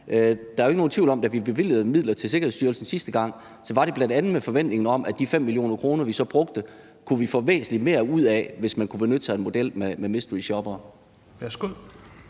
der er jo ikke nogen tvivl om, at da vi bevilgede midler til Sikkerhedsstyrelsen sidste gang, var det bl.a. ud fra en forventning om, at de 5 mio. kr., vi så brugte, kunne vi få væsentlig mere ud af, hvis man kunne benytte sig af en model med mysteryshoppere.